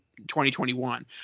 2021